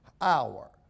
hour